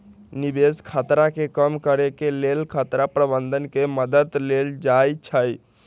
निवेश खतरा के कम करेके लेल खतरा प्रबंधन के मद्दत लेल जाइ छइ